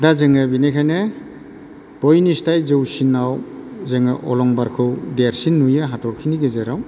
दा जोङो बेनिखायनो बयनिख्रुय जौसिनाव जोङो अलंबारखौ देरसिन नुयो हाथरखिनि गेजेराव